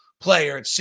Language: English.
player